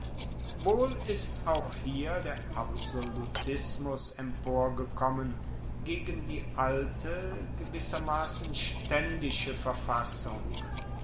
wohl ist auch hier der absolutismus emporgekommen gegen die alte gewissermassen staendische verfassung